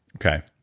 okay.